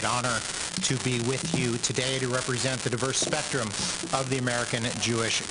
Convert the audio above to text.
להיות כאן איתכם ולדבר על הביטויים השונים.